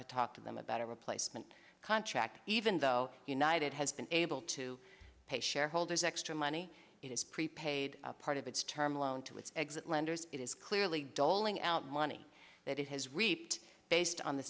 to talk to them about a replacement contract even though united has been able to pay shareholders extra money it is pre paid part of its term loan to exit lenders it is clearly doling out money that it has reaped based on the